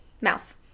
Mouse